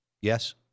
Yes